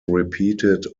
repeated